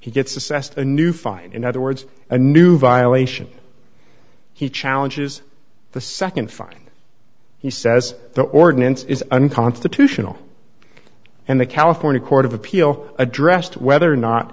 he gets assessed a new fine in other words a new violation he challenges the nd finding he says the ordinance is unconstitutional and the california court of appeal addressed whether or not